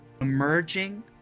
emerging